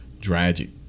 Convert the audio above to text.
tragic